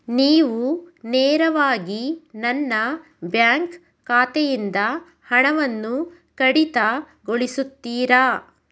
ನೀವು ನೇರವಾಗಿ ನನ್ನ ಬ್ಯಾಂಕ್ ಖಾತೆಯಿಂದ ಹಣವನ್ನು ಕಡಿತಗೊಳಿಸುತ್ತೀರಾ?